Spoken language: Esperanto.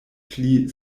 pli